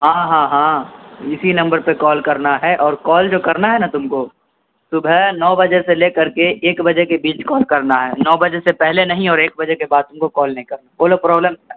ہاں ہاں ہاں اسی نمبر پہ کال کرنا ہے اور کال جو کرنا ہے نا تم کو صبح نو بجے سے لے کر کے ایک بجے کے بیچ کال کرنا ہے نو بجے سے پہلے نہیں اور ایک بجے کے بعد تم کو کال نہیں کرنا کونو پرابلم